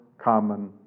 common